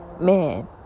man